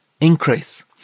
increase